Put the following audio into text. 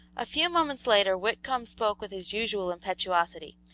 a few moments later whitcomb spoke with his usual impetuosity.